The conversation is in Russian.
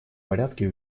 порядке